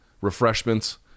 refreshments